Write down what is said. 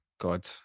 God